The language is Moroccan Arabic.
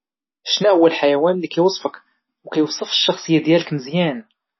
شناهوا الحيوان اللي كيوصفك وكيوصف الشخصية ديالك مزيان؟